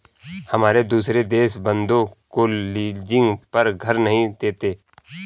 हम दुसरे देश के बन्दों को लीजिंग पर घर नहीं देते